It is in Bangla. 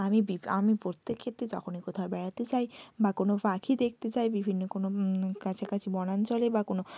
আমি আমি প্রত্যেক ক্ষেত্রে যখনই কোথাও বেড়াতে যাই বা কোনও পাখি দেখতে যাই বিভিন্ন কোনও কাছাকাছি বনাঞ্চলে বা কোনও